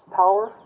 power